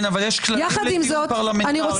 יש כללים לדיון פרלמנטרי.